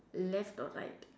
left or right